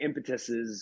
impetuses